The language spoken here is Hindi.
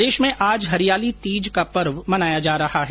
प्रदेश में आज हरियाली तीज का पर्व मनाया जा रहा है